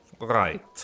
Right